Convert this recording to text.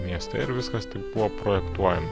mieste ir viskas taip buvo projektuojama